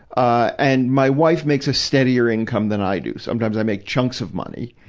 and, my wife makes a steadier income than i do. sometimes, i make chunks of money.